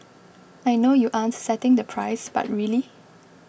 I know you aren't setting the price but really